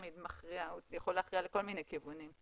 הוא יכול להכריע לכל מיני כיוונים.